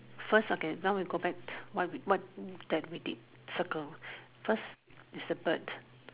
first okay now we go back what what that we did circle first is a bird